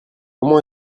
comment